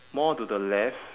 more to the left